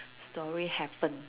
story happen